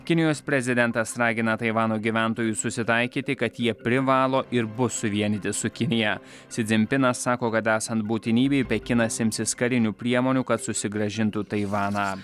kinijos prezidentas ragina taivano gyventojus susitaikyti kad jie privalo ir bus suvienyti su kinija si dzimpinas sako kad esant būtinybei pekinas imsis karinių priemonių kad susigrąžintų taivaną